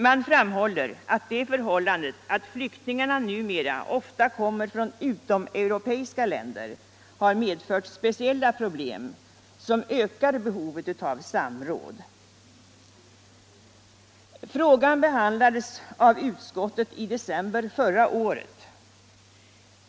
Man framhåller att det förhållandet att flyktingarna numera ofta kommer från utomeuropeiska länder har medfört speciella problem, som ökar behovet av samråd. Frågan behandlades av utskottet i december förra året.